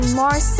more